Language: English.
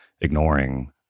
ignoring